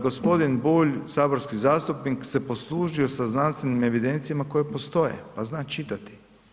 G. Bulj, saborski zastupnik se poslužio sa znanstvenim evidencijama koje postoje, pa zna čitati.